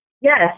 Yes